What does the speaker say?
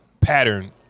pattern